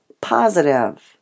positive